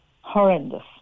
Horrendous